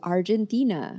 Argentina